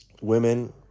Women